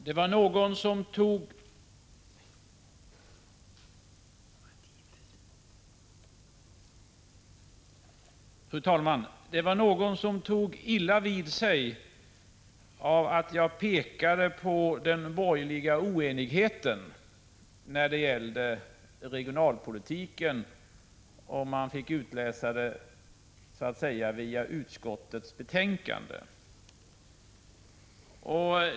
Fru talman! Någon tog illa vid sig av att jag pekade på den borgerliga oenigheten i fråga om regionalpolitiken, om man fick utläsa den via utskottsbetänkandet.